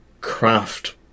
craft